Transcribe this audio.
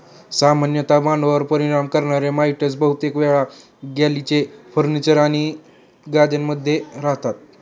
सामान्यतः मानवांवर परिणाम करणारे माइटस बहुतेक वेळा गालिचे, फर्निचर आणि गाद्यांमध्ये रहातात